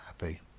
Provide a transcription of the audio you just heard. happy